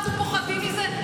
אנחנו פוחדים מזה,